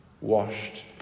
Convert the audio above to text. washed